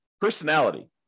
personality